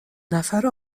نفر